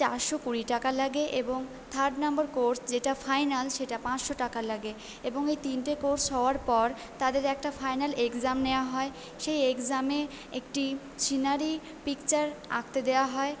চারশো কুড়ি টাকা লাগে এবং থার্ড নম্বর কোর্স যেটা ফাইনাল সেটা পাঁচশো টাকা লাগে এবং এই তিনটে কোর্স হওয়ার পর তাদের একটা ফাইনাল এক্সাম নেওয়া হয় সেই এক্সামে একটি সিনারি পিকচার আঁকতে দেওয়া হয়